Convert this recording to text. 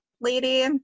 lady